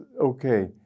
okay